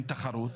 עם תחרות,